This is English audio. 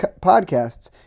podcasts